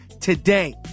today